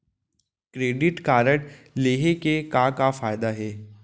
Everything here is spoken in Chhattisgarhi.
क्रेडिट कारड लेहे के का का फायदा हे?